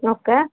okay